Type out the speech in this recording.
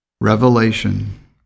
Revelation